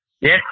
Yes